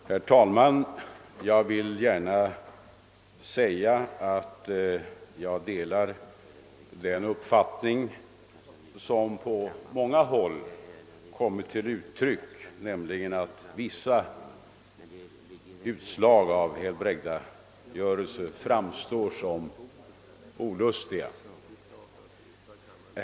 Herr talman! Jag vill gärna framhålla att jag delar den uppfattning som på många håll kommit till uttryck, nämligen att vissa utslag av helbrägdagörelse framstår som olustiga.